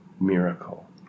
miracle